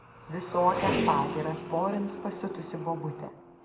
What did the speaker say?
visokias pagyras porins pasiutusi bobutė